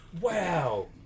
Wow